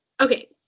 Okay